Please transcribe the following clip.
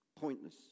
Pointless